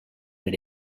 per